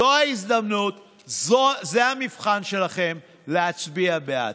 זו ההזדמנות, זה המבחן שלכם להצביע בעד.